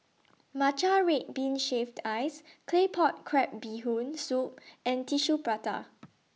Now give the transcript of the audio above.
Matcha Red Bean Shaved Ice Claypot Crab Bee Hoon Soup and Tissue Prata